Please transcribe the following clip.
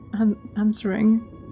answering